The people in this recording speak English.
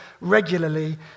regularly